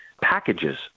packages